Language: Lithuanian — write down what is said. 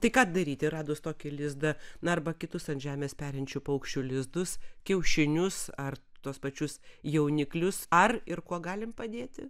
tai ką daryti radus tokį lizdą na arba kitus ant žemės perinčių paukščių lizdus kiaušinius ar tuos pačius jauniklius ar ir kuo galim padėti